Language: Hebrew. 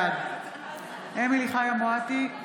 בעד אמילי חיה מואטי,